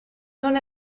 non